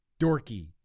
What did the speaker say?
dorky